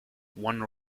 one